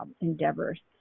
endeavors